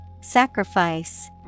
Sacrifice